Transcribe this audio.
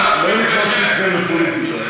לא נכנסתי אתכם לפוליטיקה.